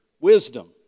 Wisdom